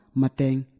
mateng